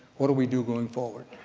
what do we do going forward.